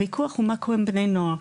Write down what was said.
הוויכוח הוא מה קורה עם בני נוער,